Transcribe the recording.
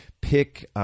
pick